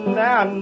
now